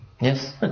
Yes